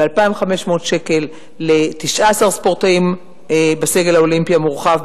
ב-2,500 שקל ל-19 ספורטאים בסגל האולימפי המורחב,